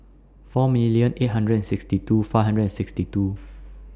four million eight hundred and sixty two five hundred and sixty two